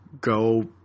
go –